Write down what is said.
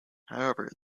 however